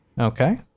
okay